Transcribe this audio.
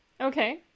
Okay